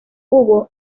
hubo